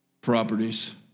properties